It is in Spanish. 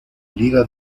liga